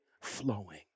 flowing